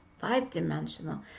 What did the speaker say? five-dimensional